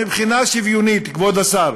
מבחינה שוויונית, כבוד השר,